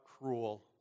cruel